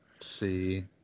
see